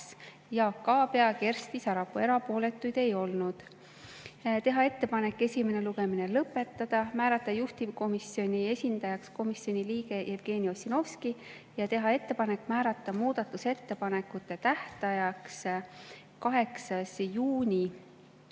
Jaak Aab ja Kersti Sarapuu. Erapooletuid ei olnud. Teha ettepanek esimene lugemine lõpetada, määrata juhtivkomisjoni esindajaks komisjoni liige Jevgeni Ossinovski ja teha ettepanek määrata muudatusettepanekute tähtajaks 8. juuni